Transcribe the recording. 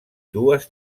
dues